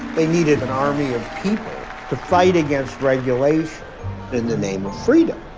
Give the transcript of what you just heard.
they needed an army of people to fight against regulation in the name of freedom.